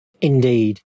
indeed